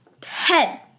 ten